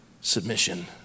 submission